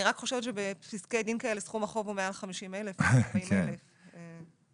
אני רק חושבת שבפסקי דין כאלה סכום החוב הוא מעל 50,000 או 40,000. טוב,